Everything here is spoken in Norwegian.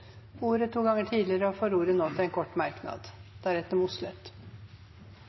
ordet to ganger tidligere og får ordet til en kort merknad,